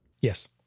yes